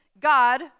God